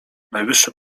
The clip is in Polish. najwyższy